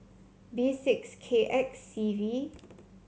B six K X C V